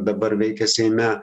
dabar veikia seime